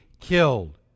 killed